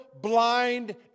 blind